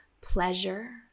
Pleasure